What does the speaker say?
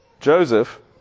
Joseph